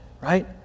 right